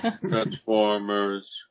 Transformers